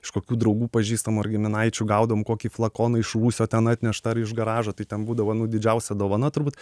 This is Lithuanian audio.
iš kokių draugų pažįstamų ar giminaičių gaudavom kokį flakoną iš rūsio ten atneštą ar iš garažo tai ten būdavo nu didžiausia dovana turbūt